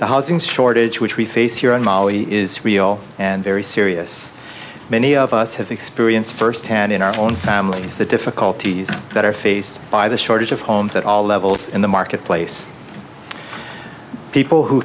the housing shortage which we face here in mali is real and very serious many of us have experienced first hand in our own families the difficulties that are faced by the shortage of homes at all levels in the marketplace people who